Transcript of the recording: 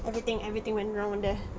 everything everything went wrong there